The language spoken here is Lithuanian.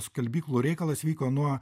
skalbyklų reikalas vyko nuo